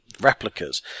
replicas